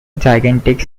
gigantic